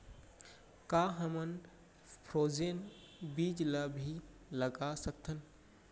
का हमन फ्रोजेन बीज ला भी लगा सकथन?